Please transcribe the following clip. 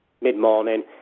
mid-morning